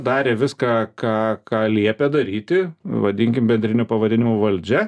darė viską ką ką liepė daryti vadinkim bendriniu pavadinimu valdžia